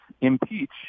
impeach